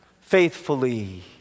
Faithfully